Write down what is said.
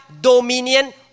dominion